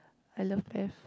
I love math